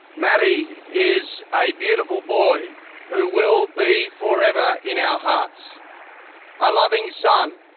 matty is a beautiful boy who will be forever in our hearts a loving son,